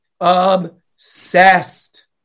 obsessed